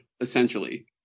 essentially